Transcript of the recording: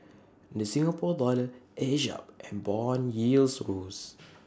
the Singapore dollar edged up and Bond yields rose